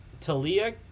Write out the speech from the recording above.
Talia